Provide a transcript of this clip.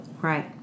Right